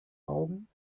augen